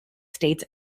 states